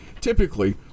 typically